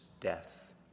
death